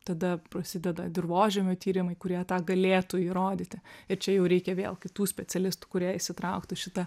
tada prasideda dirvožemio tyrimai kurie tą galėtų įrodyti ir čia jau reikia vėl kitų specialistų kurie įsitrauktų į šitą